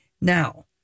Now